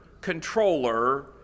controller